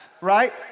right